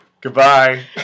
Goodbye